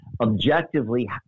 objectively